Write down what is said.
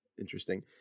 interesting